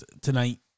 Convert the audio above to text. tonight